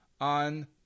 on